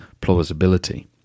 plausibility